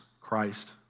Christ